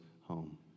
home